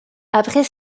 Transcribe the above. après